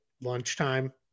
lunchtime